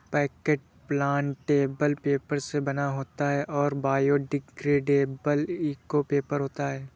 packet plantable paper से बना होता है और बायोडिग्रेडेबल इको पेपर होता है